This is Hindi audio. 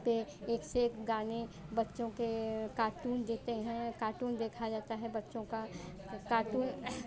मुंबई परएक से एक गाने बच्चों के कार्टून देखते हैं कार्टून देखा जाता है बच्चों का